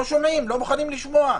לא מוכנים לשמוע.